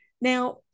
Now